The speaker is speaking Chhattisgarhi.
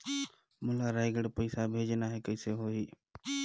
मोला रायगढ़ पइसा भेजना हैं, कइसे होही?